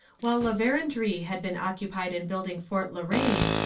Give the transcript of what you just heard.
while la verendrye had been occupied in building fort la reine,